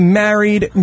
married